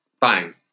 bang